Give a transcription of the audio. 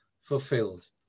fulfilled